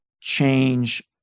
change